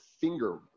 finger